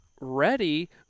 ready